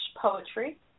poetry